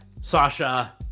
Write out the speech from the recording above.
Sasha